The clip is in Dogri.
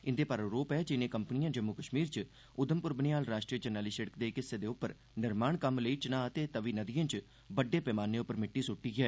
इंदे पर आरोप ऐ जे इनें कंपनिएं जम्मू कश्मीर च उधमप्र बनिहाल राष्ट्री जरनैली सिड़क दे इक हिस्से उप्पर निर्माण कम्म लेई चिनाब ते तवी नदिएं च बड्डे पैमाने उप्पर मिट्टी सुद्दी ऐ